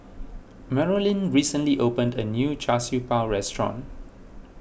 Marolyn recently opened a new Char Siew Bao restaurant